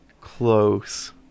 close